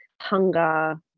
Hunger